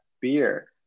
beer